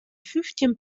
fyftjin